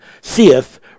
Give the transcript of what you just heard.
seeth